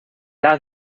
haz